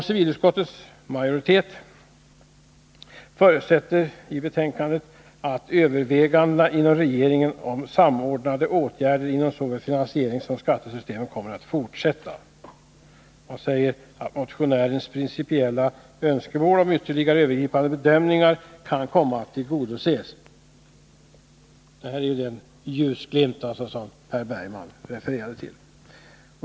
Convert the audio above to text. Civilutskottets majoritet förutsätter i betänkandet att övervägandena inom regeringen om samordnade åtgärder inom såväl finansieringssom skattesystemen kommer att fortsätta — man säger att motionärernas principiella önskemål om ytterligare övergripande bedömningar kan komma att tillgodoses. Detta är alltså den ljusglimt som Per Bergman refererade till.